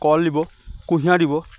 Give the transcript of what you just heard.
কল দিব কুঁহিয়াৰ দিব